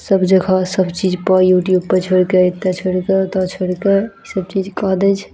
सब जगह सबचीज पर यूट्यूबपर छोड़िके एतऽ छोड़िके ओतऽ छोड़िके सबचीज कऽ दै छै